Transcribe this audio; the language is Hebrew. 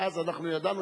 ואז אנחנו ידענו,